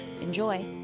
Enjoy